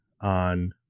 on